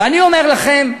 ואני אומר לכם,